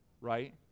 Right